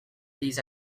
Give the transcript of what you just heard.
these